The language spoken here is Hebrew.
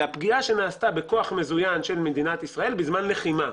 אלא פגיעה שנעשתה בכוח מזוין של מדינת ישראל בזמן לחימה.